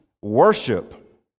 worship